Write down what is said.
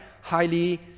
highly